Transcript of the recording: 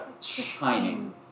shining